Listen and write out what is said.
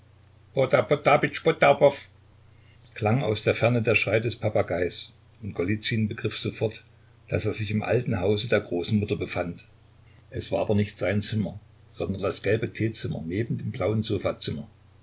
klang aus der ferne der schrei des papageis und golizyn begriff sofort daß er sich im alten hause der großmutter befand es war aber nicht sein zimmer sondern das gelbe teezimmer neben dem blauen sofazimmer